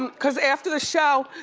um cause after the show,